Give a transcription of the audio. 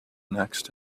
next